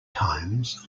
times